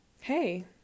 Hey